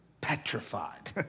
petrified